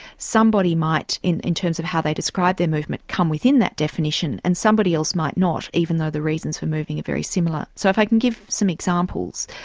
somebody might, in in terms of how they describe their movement, come within that definition. and somebody else might not, even though the reasons for moving are very similar. so if i can give some examples.